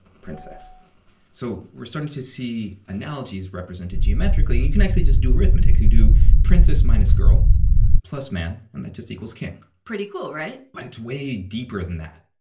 princess so we're starting to see analogies represented geometrically. you can actually just do arithmetic. you do princess minus girl plus man, and that just equals king pretty cool, right? but it's way deeper than that